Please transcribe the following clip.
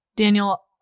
Daniel